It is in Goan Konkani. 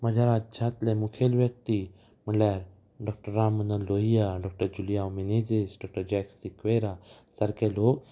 म्हज्या राज्यांतले मुखेल व्यक्ती म्हणल्यार doctor Rammanohar Lohia doctor Julio Menezes doctor Jack वेरा सारके लोक